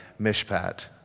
mishpat